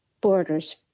borders